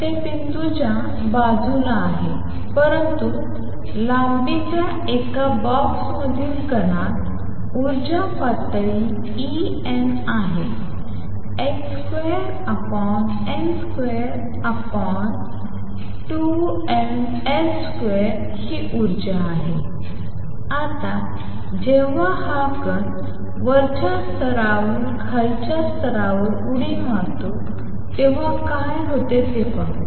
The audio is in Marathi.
तर ते बिंदूच्या बाजूला आहे परंतु लांबीच्या एका बॉक्समधील कणात उर्जा पातळी En आहे h2n22mL2 ही ऊर्जा आहे आता जेव्हा हा कण वरच्या स्तरावरून खालच्या स्तरावर उडी मारतो तेव्हा काय होते ते पाहू